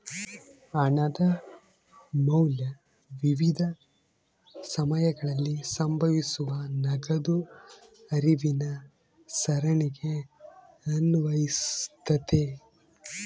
ಹಣದ ಮೌಲ್ಯ ವಿವಿಧ ಸಮಯಗಳಲ್ಲಿ ಸಂಭವಿಸುವ ನಗದು ಹರಿವಿನ ಸರಣಿಗೆ ಅನ್ವಯಿಸ್ತತೆ